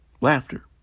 laughter